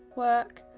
work,